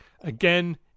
Again